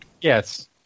Yes